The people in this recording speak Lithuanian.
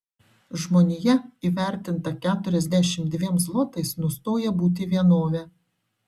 žmonija įvertinta keturiasdešimt dviem zlotais nustoja būti vienove